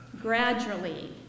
gradually